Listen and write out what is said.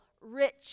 rich